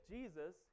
Jesus